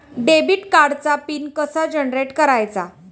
Debit कार्डचा PIN कसा generate करायचा?